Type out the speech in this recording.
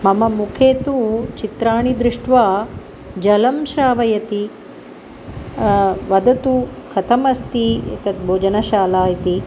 मम मुखे तु चित्राणि दृष्ट्वा जलं श्रावयति वदतु कथम् अस्ति तद् भोजनशाला इति